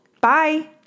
Bye